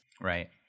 Right